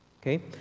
Okay